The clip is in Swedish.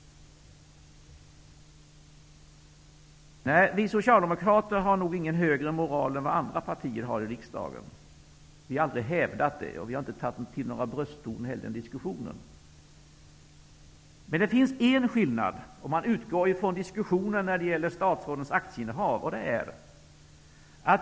Vi socialdemokrater har nog inte högre moral än andra partier i riksdagen. Vi har aldrig hävdat det. Vi har inte heller tagit till några brösttoner i diskussionen. Men det finns en skillnad, om man utgår från diskussionen om statsrådens aktieinnehav.